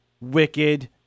wicked